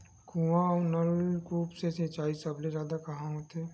कुआं अउ नलकूप से सिंचाई सबले जादा कहां होथे?